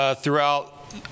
throughout